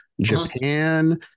Japan